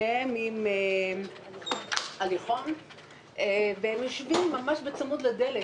שניהם עם הליכון והם ישבו ממש בצמוד לדלת.